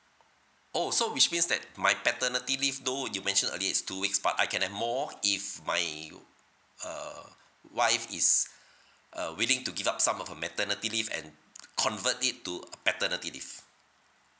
oh so which means that my paternity leave though you mentioned earlier is two weeks but I can have more if my uh wife is err willing to give up some of her maternity leave and convert it to a paternity leave